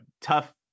tough